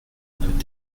peut